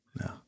No